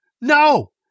No